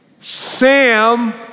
Sam